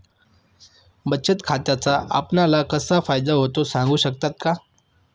बचत खात्याचा आपणाला कसा फायदा होतो? सांगू शकता का?